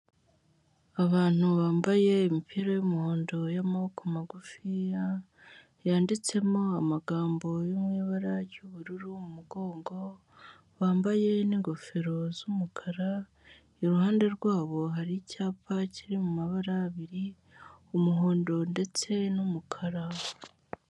Abantu bambaye imipira y'umuhondo y'amaboko magufiya yanditsemo amagambo yo mu ibara ry'ubururu mu mugongo bambaye n'ingofero z'umukara, iruhande rwabo hari icyapa kiri mu mabara abiri umuhondo ndetse n'umukara.